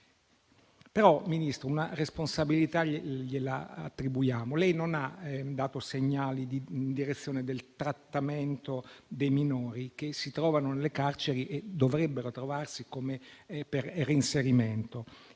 Ministro, una responsabilità gliela attribuiamo: lei non ha dato segnali di direzione del trattamento dei minori che si trovano nelle carceri e dovrebbero trovarsi lì per un reinserimento.